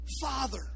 Father